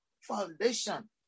foundation